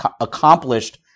accomplished